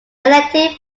elected